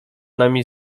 nami